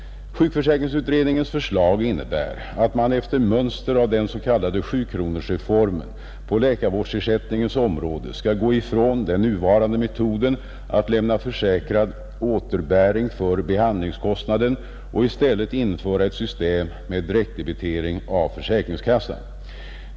Sjukförsäkringsutredningens förslag innebär att man efter mönster av den s.k. sjukronorsreformen på läkarvårdsersättningens område skall gå ifrån den nuvarande metoden att lämna försäkrad återbäring för behandlingskostnaden och i stället införa ett system med direktdebitering av försäkringskassan.